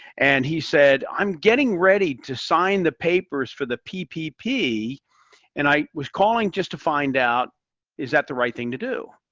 and, he said, i'm getting ready to sign the papers for the ppp and i was calling just to find out is that the right thing to do?